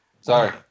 Sorry